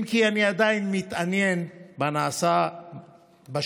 אם כי אני עדיין מתעניין בנעשה בשוק.